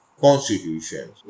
constitutions